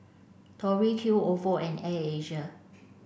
Tori Q Ofo and Air Asia